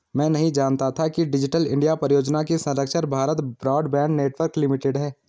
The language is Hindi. मैं नहीं जानता था कि डिजिटल इंडिया परियोजना की संरक्षक भारत ब्रॉडबैंड नेटवर्क लिमिटेड है